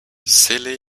silly